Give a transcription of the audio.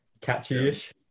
catchy-ish